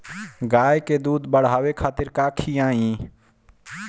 गाय के दूध बढ़ावे खातिर का खियायिं?